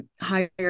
higher